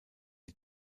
die